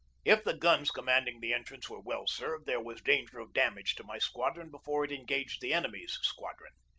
if the guns commanding the entrance were well served, there was danger of damage to my squadron before it engaged the enemy's squadron.